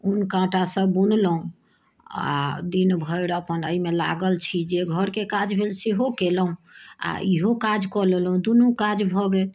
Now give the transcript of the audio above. ऊन काँटासँ बुनलहुँ आ दिनभरि अपन एहिमे लागल छी जे घरके काज भेल सेहो केलहुँ आ इहो काज कऽ लेलहुँ दुनू काज भऽ गेल